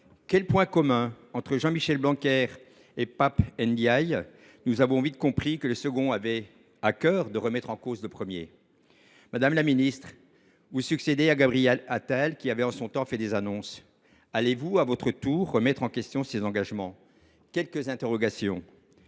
Quel point commun entre Jean Michel Blanquer et Pap Ndiaye ? Nous avons vite compris que le second avait à cœur de remettre en cause l’action du premier… Vous succédez à Gabriel Attal qui avait, en son temps, fait des annonces. Allez vous à votre tour remettre en question ces engagements ? J’ai quelques interrogations